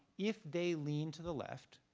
if they lean to the left,